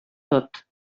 tot